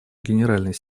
генеральный